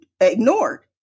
ignored